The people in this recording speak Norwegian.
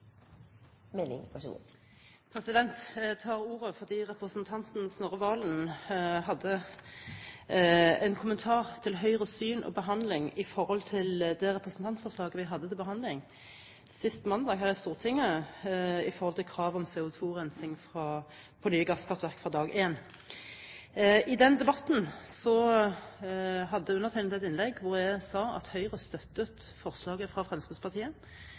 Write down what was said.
behandling av, det representantforslaget vi behandlet sist mandag her i Stortinget, om krav om CO2-rensing ved nye gasskraftverk fra dag én. I den debatten hadde jeg et innlegg hvor jeg sa at Høyre støttet forslaget fra Fremskrittspartiet.